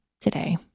today